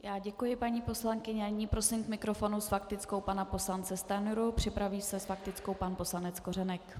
Já děkuji paní poslankyni a nyní prosím k mikrofonu s faktickou pana poslance Stanjuru, připraví se s faktickou pan poslanec Kořenek.